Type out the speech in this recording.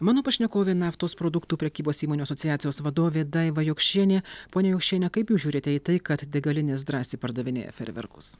mano pašnekovė naftos produktų prekybos įmonių asociacijos vadovė daiva jokšienė ponia jokšiene kaip jūs žiūrite į tai kad degalinės drąsiai pardavinėja fejerverkus